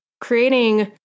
creating